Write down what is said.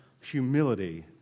humility